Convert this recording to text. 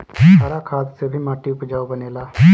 हरा खाद से भी माटी उपजाऊ बनेला